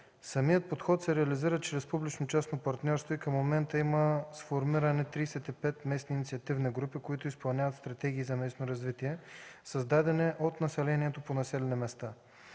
Самият подход се реализира чрез публично-частно партньорство и към момента има сформирани 35 местни инициативни групи, които изпълняват стратегии за местно развитие, създадени от населението по населени места.